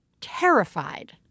terrified